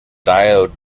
diode